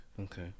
okay